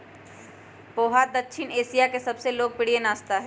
पोहा दक्षिण एशिया के सबसे लोकप्रिय नाश्ता हई